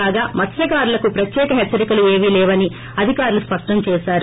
కాగా మత్స్కారులకు ప్రత్యేక హెచ్చరికలు ఏవీ లేవని అధికారులు స్పష్టంచేశారు